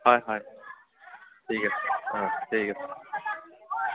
হয় হয় ঠিক আছে হয় ঠিক আছে